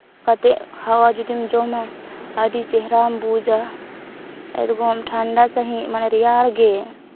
ᱠᱟᱛᱮᱫ ᱦᱟᱣᱟ ᱡᱩᱫᱤᱢ ᱡᱚᱢᱟ ᱟᱹᱰᱤ ᱪᱮᱦᱨᱟᱢ ᱵᱩᱡᱟ ᱮᱭᱨᱚᱠᱚᱢ ᱴᱷᱟᱱᱰᱟ ᱥᱟᱺᱦᱤᱡ ᱢᱟᱱᱮ ᱨᱮᱭᱟᱲ ᱜᱮ